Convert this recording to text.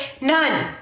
None